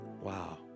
Wow